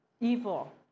evil